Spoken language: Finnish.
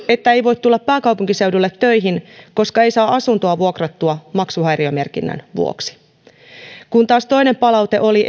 että ei voi tulla pääkaupunkiseudulle töihin koska ei saa asuntoa vuokrattua maksuhäiriömerkinnän vuoksi kun taas toinen palaute oli